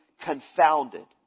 confounded